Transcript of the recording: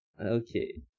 okay